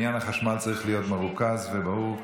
עניין החשמל צריך להיות מרוכז וברור,